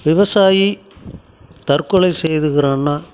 விவசாயி தற்கொலை செய்துக்குறான்னா